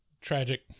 tragic